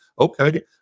Okay